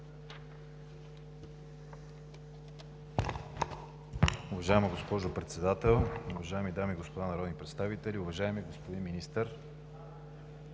Уважаема госпожо Председател, уважаеми дами и господа народни представители! Уважаеми господин Министър,